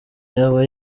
yaba